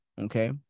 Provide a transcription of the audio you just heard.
okay